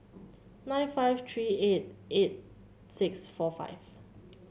nine five three eight eight six four five